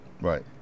Right